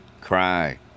cry